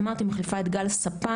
שאמרתי שהיא מחליפה את גל ספן,